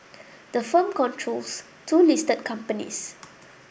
the firm controls two listed companies